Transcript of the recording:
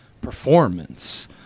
performance